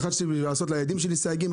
לעשות לילדים שלי סייגים.